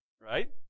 right